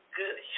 good